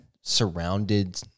surrounded